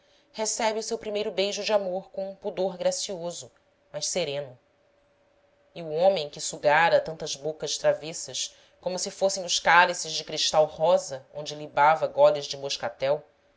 recebe o seu primeiro beijo de amor com um pudor gracioso mas sereno e o homem que sugara tantas bocas travessas como se fossem os cálices de cristal rosa onde libava goles de moscatel